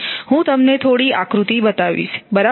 હું તમને થોડી આકૃતિ બતાવીશ બરાબર